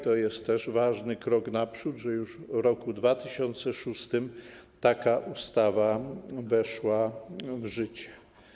To jest też ważny krok naprzód, to, że już w roku 2006 taka ustawa weszła w życie.